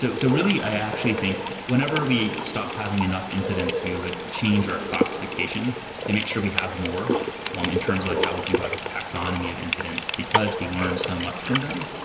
so so, really, i actually think whenever we stop having enough incidents, we we would change our classification to make sure we have more um in terms of like how we think about this taxonomy of incidents, because we learn so much from them.